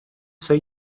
say